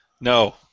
No